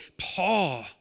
Paul